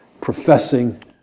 professing